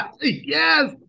Yes